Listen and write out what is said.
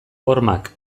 hormak